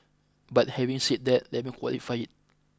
but having said that let me qualify it